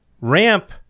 Ramp